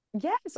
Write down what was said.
Yes